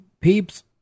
peeps